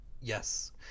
Yes